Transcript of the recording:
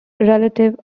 relative